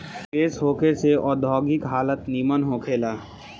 निवेश होखे से औद्योगिक हालत निमन होखे ला